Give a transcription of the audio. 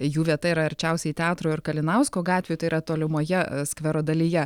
jų vieta yra arčiausiai teatro ir kalinausko gatvių tai yra tolimoje skvero dalyje